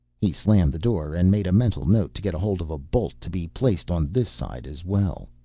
he slammed the door and made a mental note to get hold of a bolt to be placed on this side as well.